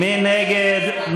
מי נגד?